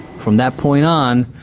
from that point on,